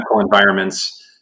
environments